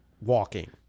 walking